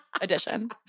edition